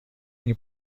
این